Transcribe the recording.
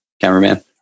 Cameraman